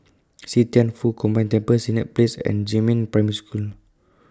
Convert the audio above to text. See Thian Foh Combined Temple Senett Place and Jiemin Primary School